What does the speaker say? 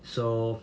so